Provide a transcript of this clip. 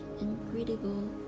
incredible